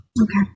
Okay